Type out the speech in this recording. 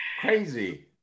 crazy